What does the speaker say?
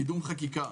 קידום חקיקה,